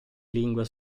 lingua